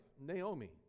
Naomi